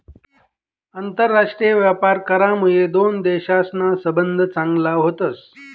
आंतरराष्ट्रीय व्यापार करामुये दोन देशसना संबंध चांगला व्हतस